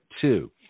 two